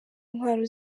intwaro